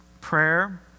prayer